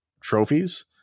trophies